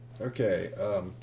Okay